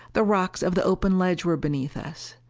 the rocks of the open ledge were beneath us.